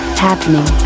happening